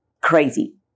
crazy